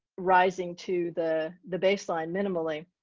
rising to the the baseline? minimally.